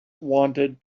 wanted